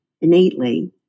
innately